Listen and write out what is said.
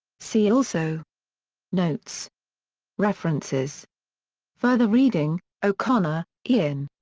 see also notes references further reading o'connor, ian.